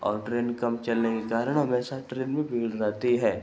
और ट्रेन कम चलने के कारण हमेशा ट्रेन में भीड़ रहती है